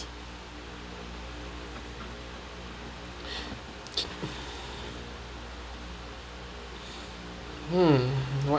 mm what